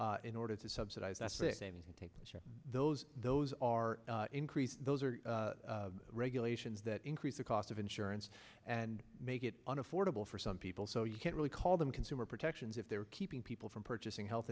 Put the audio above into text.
in order to subsidize that sick they can take those those are increased those are regulations that increase the cost of insurance and make it an affordable for some people so you can't really call them consumer protections if they're keeping people from purchasing health